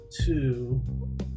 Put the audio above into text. two